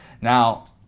Now